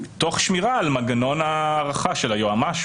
תוך שמירה על מנגנון ההארכה של היועץ המשפטי.